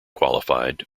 qualified